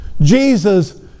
Jesus